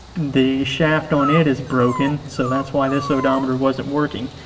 the shaft on it is broken. so that's why this odometer wasn't working.